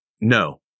No